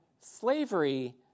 slavery